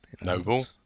Noble